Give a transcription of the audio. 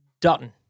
Dutton